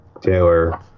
Taylor